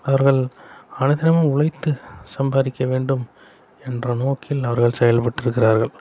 அவர்கள் அனுதினமும் உழைத்து சம்பாதிக்க வேண்டும் என்ற நோக்கில் அவர்கள் செயல்பட்டு இருக்கிறார்கள்